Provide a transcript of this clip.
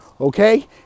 Okay